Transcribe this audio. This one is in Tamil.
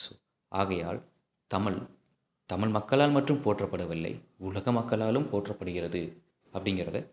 ஸோ ஆகையால் தமிழ் தமிழ் மக்களால் மட்டும் போற்றப்படவில்லை உலக மக்களாலும் போற்றப்படுகிறது அப்படிங்கிறத